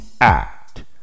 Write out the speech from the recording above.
act